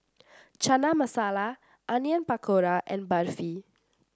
Chana Masala Onion Pakora and Barfi